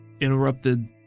interrupted